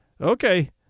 Okay